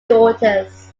daughters